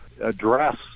address